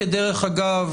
דרך אגב,